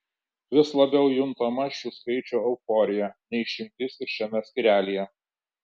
vis labiau juntama šių skaičių euforija ne išimtis ir šiame skyrelyje